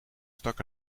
stak